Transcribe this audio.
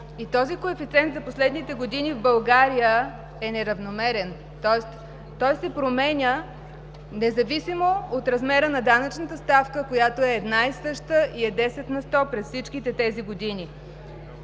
Този коефициент за последните години в България е неравномерен, тоест той се променя, независимо от размера на данъчната ставка, която е една и съща и е десет на сто през всичките тези години.